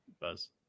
buzz